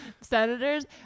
senators